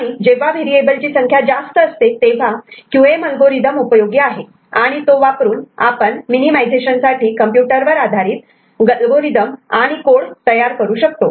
आणि जेव्हा व्हेरिएबल ची संख्या जास्त असते तेव्हा क्यू एम अल्गोरिदम उपयोगी आहे आणि तो वापरून आपण मिनिमिझेशन साठी कम्प्युटर वर आधारित अल्गोरिदम आणि कोड तयार करू शकतो